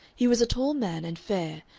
he was a tall man and fair,